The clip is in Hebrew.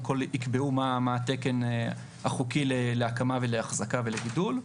כל יקבעו מה התקן החוקי להקמה ולאחזקה ולגידול.